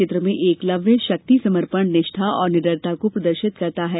चित्र में एकलव्य शक्ति समर्पण निष्ठा एवं निडरता को प्रदर्शित करता है